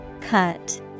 Cut